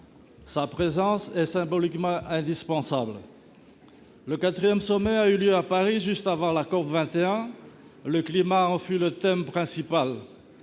Sa présence est symboliquement indispensable. Le quatrième sommet a eu lieu à Paris juste avant la COP21 ; le climat en fut le thème principal.